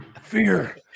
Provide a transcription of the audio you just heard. fear